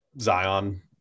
Zion